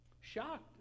shocked